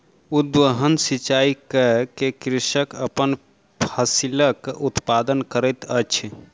उद्वहन सिचाई कय के कृषक अपन फसिलक उत्पादन करैत अछि